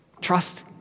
trust